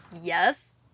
Yes